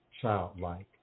childlike